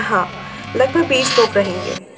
हाँ लगभग बीस लोग रहेंगे